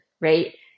right